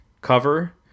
cover